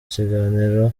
kiganiro